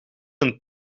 een